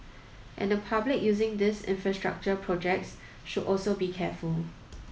and the public using these infrastructure projects should also be careful